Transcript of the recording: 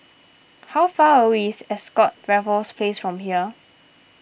how far away is Ascott Raffles Place from here